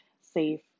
safe